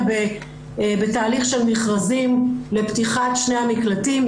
בתהליך של מכרזים לפתיחת שני המקלטים,